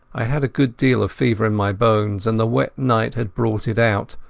i had a good deal of fever in my bones, and the wet night had brought it out,